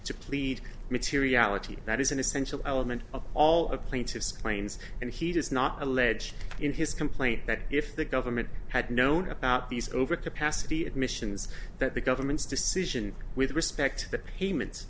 to plead materiality that is an essential element of all of plaintiff's planes and he does not allege in his complaint that if the government had known about these overcapacity admissions that the government's decision with respect to payment